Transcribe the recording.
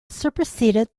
superseded